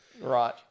Right